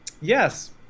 Yes